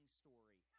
story